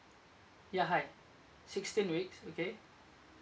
ya hi sixteen weeks okay